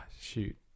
shoot